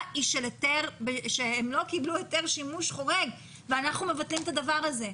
היא שהם לא קיבלו היתר שימוש חורג ואנחנו מבטלים את הדבר הזה.